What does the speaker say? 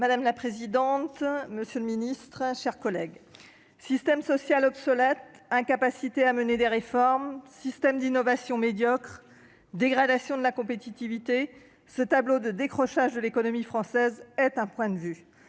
Madame la présidente, monsieur le ministre, mes chers collègues, système social obsolète, incapacité à mener des réformes, système d'innovation médiocre, dégradation de la compétitivité : ce tableau du décrochage de l'économie française est un point de vue.